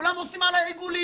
כולם עושים עלי עיגולים.